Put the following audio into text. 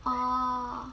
orh